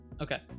Okay